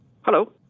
Hello